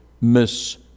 miss